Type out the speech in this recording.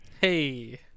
Hey